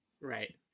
right